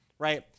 Right